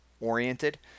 oriented